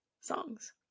songs